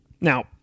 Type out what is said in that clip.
Now